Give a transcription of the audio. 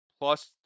plus